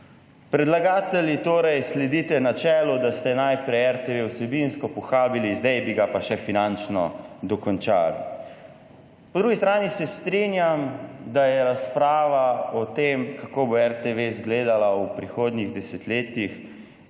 Predlagatelji torej sledite načelu, da ste najprej RTV vsebinsko pohabili, zdaj bi ga pa še finančno dokončali. Po drugi strani se strinjam, da je razprava o tem, kako bo RTV zgledala v prihodnjih desetletjih,